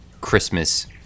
Christmas